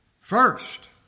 First